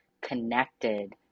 connected